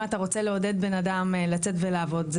אם אתה רוצה לעודד בן אדם לצאת ולעבוד,